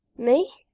me!